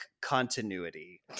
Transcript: Continuity